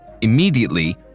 Immediately